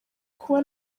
kuba